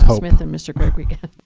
ah smith and mr. gregory yeah